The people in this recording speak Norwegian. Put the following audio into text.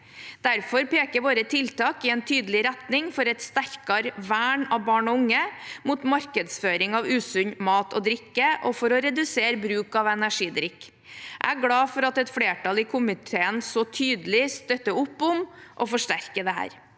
Derfor peker våre tiltak i en tydelig retning for et sterkere vern av barn og unge mot markedsføring av usunn mat og drikke, og for å redusere bruk av energidrikk. Jeg er glad for at et flertall i komiteen så tydelig støtter opp om og forsterker dette.